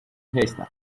haystack